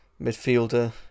midfielder